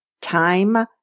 Time